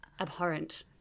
abhorrent